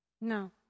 No